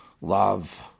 love